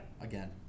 Again